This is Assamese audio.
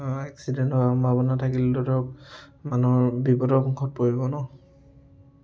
এক্সিডেণ্ট হোৱাৰ সম্ভাৱনা থাকিলেতো ধৰক মানুহৰ বিপদৰ মুখত পৰিব ন'